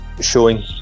showing